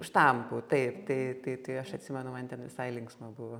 štampų taip tai tai tai aš atsimenu man ten visai linksma buvo